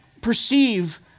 perceive